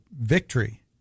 victory